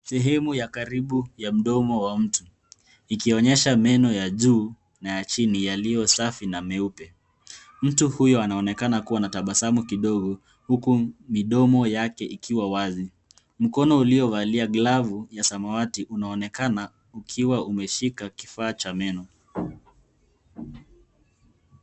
Sehemu ya karibu ya mdomo wa mtu ikionyesha meno ya juu na chini yaliyosafi na meupe. Mtu huyo anaonekana kuwa na tabasamu kidogo huku midomo yake ikiwa wazi. Mkono uliovalia glavu ya samawati unaonekana ukiwa umeshika kifaa cha meno.